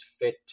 fit